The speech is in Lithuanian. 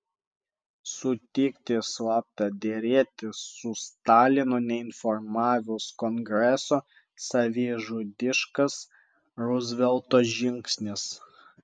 sutikti slapta derėtis su stalinu neinformavus kongreso savižudiškas ruzvelto žingsnis